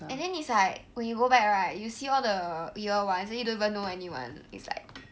and then it's like when you go back right you see all the year ones then you don't even know anyone is like